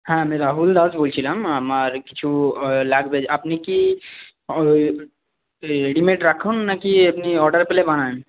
হ্যাঁ আমি রাহুল দাস বলছিলাম আমার কিছু লাগবে আপনি কি রেডিমেড রাখেন নাকি আপনি অর্ডার পেলে বানান